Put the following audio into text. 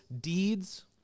deeds